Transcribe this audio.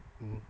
mm